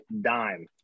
dime